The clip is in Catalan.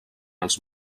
els